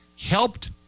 helped